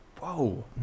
Whoa